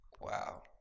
Wow